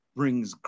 brings